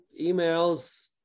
Emails